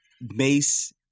Mace